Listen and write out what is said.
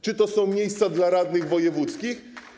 Czy to są miejsca dla radnych wojewódzkich?